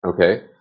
okay